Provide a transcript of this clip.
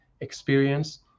experience